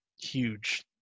huge